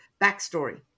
backstory